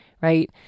right